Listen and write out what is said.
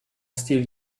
steal